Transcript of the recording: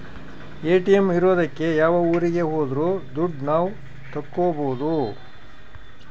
ATM ಇರೋದಕ್ಕೆ ಯಾವ ಊರಿಗೆ ಹೋದ್ರು ದುಡ್ಡು ನಾವ್ ತಕ್ಕೊಬೋದು